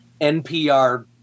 NPR